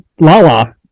Lala